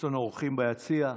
יש לנו אורחים ביציע.